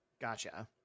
Gotcha